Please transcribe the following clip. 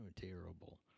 terrible